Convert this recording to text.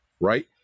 right